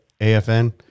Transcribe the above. AFN